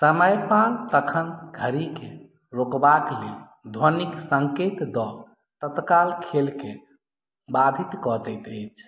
समयपाल तखन घड़ीकेँ रोकबाक लेल ध्वनिक सङ्केत दऽ तत्काल खेलके बाधित कऽ दैत अछि